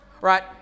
right